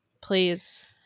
please